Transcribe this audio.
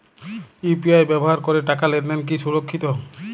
UPI ব্যবহার করে টাকা লেনদেন কি সুরক্ষিত?